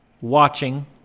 watching